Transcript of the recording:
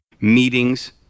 meetings